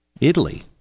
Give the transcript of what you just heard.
italy